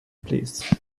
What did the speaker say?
please